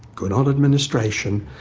good on administration,